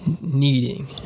needing